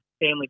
family